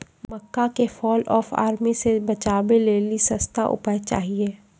मक्का के fall of army से बचाबै लेली सस्ता उपाय चाहिए?